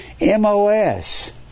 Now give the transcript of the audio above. M-O-S